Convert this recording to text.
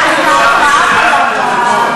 הייתה הפרעה קלה,